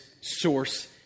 source